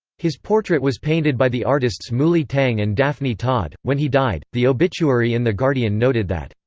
his portrait was painted by the artists muli tang and daphne todd when he died, the obituary in the guardian noted that,